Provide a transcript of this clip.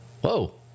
Whoa